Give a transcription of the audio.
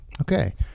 Okay